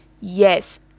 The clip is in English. Yes